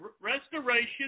restoration